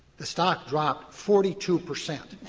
the stock dropped forty two percent,